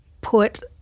put